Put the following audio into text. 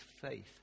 faith